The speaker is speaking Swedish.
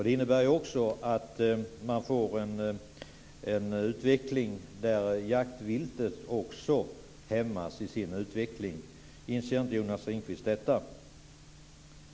Det innebär ju också att man får en utveckling där jaktviltet också hämmas i sin utveckling. Inser inte Jonas Ringqvist detta?